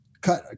cut